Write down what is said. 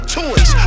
toys